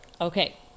Okay